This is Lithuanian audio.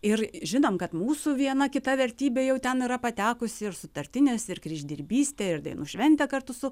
ir žinom kad mūsų viena kita vertybė jau ten yra patekusi ir sutartinės ir kryždirbystė ir dainų šventė kartu su